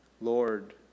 Lord